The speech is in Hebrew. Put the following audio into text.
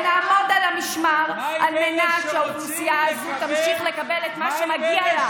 ונעמוד על המשמר על מנת שהאוכלוסייה הזאת תמשיך לקבל את מה שמגיע לה.